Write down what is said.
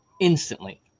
instantly